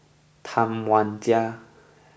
Tam Wai Jia